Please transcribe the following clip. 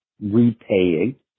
repaying